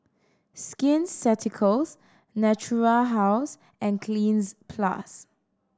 Skin Ceuticals Natura House and Cleanz Plus